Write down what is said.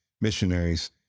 missionaries